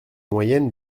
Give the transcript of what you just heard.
moyenne